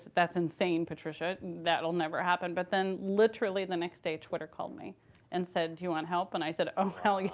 that's insane, patricia. that'll never happen. but then literally the next day, twitter called me and said, do you want help? and i said, oh, hell